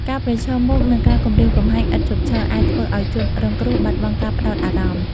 ការប្រឈមមុខនឹងការគំរាមកំហែងឥតឈប់ឈរ អាចធ្វើឲ្យជនរងគ្រោះ បាត់បង់ការផ្តោតអារម្មណ៍។